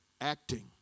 acting